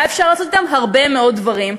היה אפשר לעשות אתם הרבה מאוד דברים.